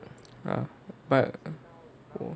but